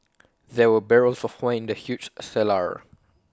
there were barrels of wine in the huge cellar